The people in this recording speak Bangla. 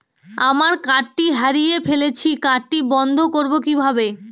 আমার কার্ডটি হারিয়ে ফেলেছি কার্ডটি বন্ধ করব কিভাবে?